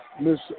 Miss